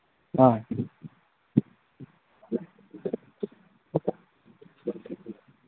ꯑꯥ